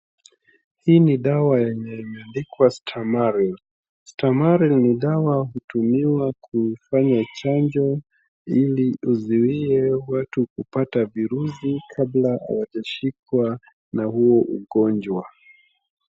Hii ni dawa yenye imeandikwa Stamaril. Stamaril ni dawa hutumiwa kufanya chanjo ili izuie watu kupata virusi kabla hawajashikwa na huo ugonjwa.